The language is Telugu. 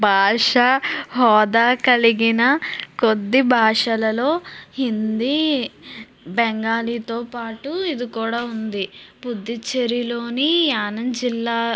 భాష హోదా కలిగిన కొద్ది భాషలలో హిందీ బెంగాలీతో పాటు ఇది కూడా ఉంది పుదుచ్చేరిలోని ఆనంద్ జిల్లా